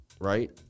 right